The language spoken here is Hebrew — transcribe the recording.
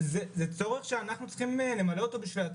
זה צורך שאנחנו משוועים אליו.